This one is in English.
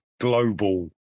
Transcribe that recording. global